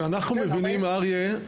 ואנחנו מבינים אריה,